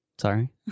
sorry